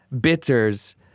bitters